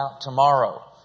tomorrow